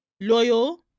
Loyal